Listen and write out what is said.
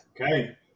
Okay